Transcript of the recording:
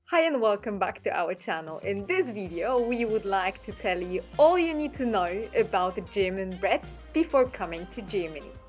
hi and welcome back to our channel in this video we would like to tell you all you need to know about the german bread before coming to germany.